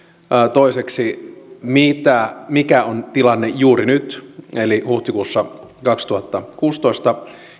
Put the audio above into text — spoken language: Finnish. toiseksi siitä mikä on tilanne juuri nyt eli huhtikuussa kaksituhattakuusitoista